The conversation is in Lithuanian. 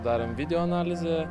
darėm video analizę